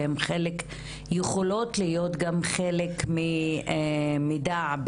והן יכולות להיות חלק ממידע,